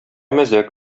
мәзәк